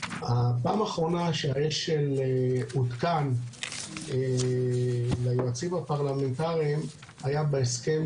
הפעם האחרונה שהאש"ל עודכן ליועצים הפרלמנטריים היה בהסכם